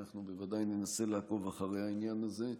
הוא שאנחנו בוודאי ננסה לעקוב אחרי העניין הזה,